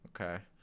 Okay